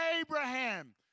Abraham